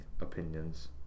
opinions